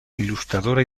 ilustradora